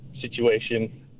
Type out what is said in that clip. situation